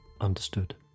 Understood